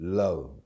love